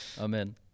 Amen